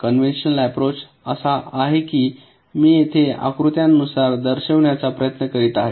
conventional approach असा आहे की मी येथे आकृत्यानुसार दर्शविण्याचा प्रयत्न करीत आहे